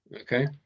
Okay